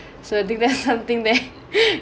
so I think that's something that